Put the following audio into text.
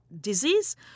disease